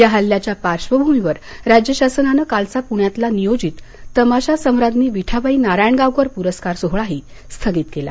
या हल्ल्याच्या पार्श्वभूमीवर राज्य शासनानं कालचा पुण्यातला नियोजित तमाशा सम्राज्ञी विठाबाई नारायणगावकर पुरस्कार सोहळा स्थगित केला